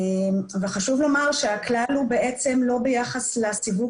חשוב לומר שהכלל הוא לא ביחס לסיווג